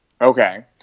okay